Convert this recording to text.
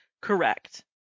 Correct